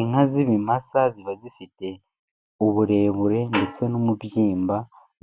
Inka z'ibimasa ziba zifite, uburebure ndetse n'umubyimba